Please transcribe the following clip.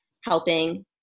helping